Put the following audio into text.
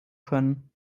können